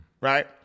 Right